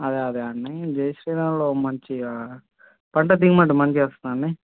అదే అదే అండి జైశ్రీరామ్లో మంచిగా పంట దిగుమడి మంచిగా వస్తుందా అండి